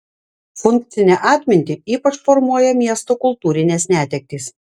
funkcinę atmintį ypač formuoja miesto kultūrinės netektys